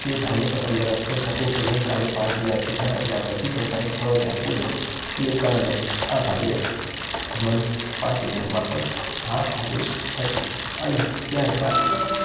પણ તે ભાઈને પણ અંદર અફસોસ હતો કે મેં કાલે પાંચ હજાર કીધા એના પછી પણ ભાઈ છ હજાર બોલે છે અને કારણે આ ભાઈએ મને પાંચ હજારમાં પણ હા પાડી હતી અને ત્યારબાદ